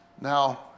Now